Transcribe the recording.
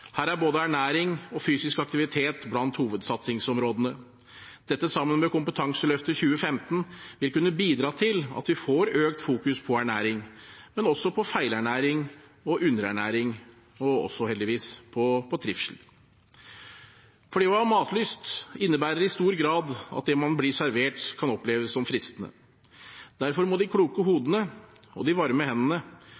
Her er både ernæring og fysisk aktivitet blant hovedsatsingsområdene. Dette sammen med Kompetanseløftet 2015 vil kunne bidra til at vi får økt fokusering på ernæring – på feilernæring, på underernæring og heldigvis også på trivsel. For det å ha matlyst innebærer i stor grad at det man blir servert, kan oppleves som fristende. Derfor må de kloke hodene og de varme hendene